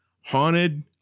Haunted